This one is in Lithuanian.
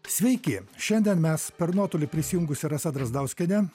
sveiki šiandien mes per nuotolį prisijungusi rasa drazdauskienė